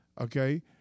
Okay